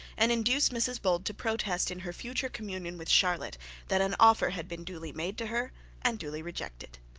and induce mrs bold to protest in her future communication with charlotte that an offer had been duly made to her and duly rejected.